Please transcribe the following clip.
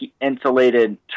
insulated